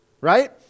Right